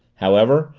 however,